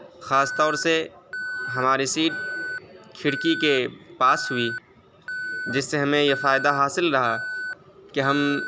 خاص طور سے ہماری سیٹ کھڑکی کے پاس ہوئی جس سے ہمیں یہ فائدہ حاصل رہا کہ ہم